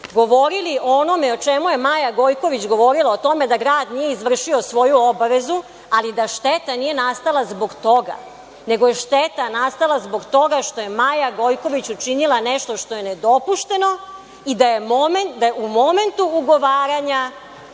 govorili o onome o čemu je Maja Gojković govorila o tome da grad nije izvršio svoju obavezu, ali da šteta nije nastala zbog toga, nego je šteta nastala zbog toga što je Maja Gojković učinila nešto što je nedopušteno i da je u momentu ugovaranja